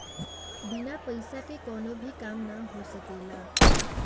बिना पईसा के कवनो भी काम ना हो सकेला